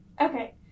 Okay